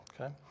okay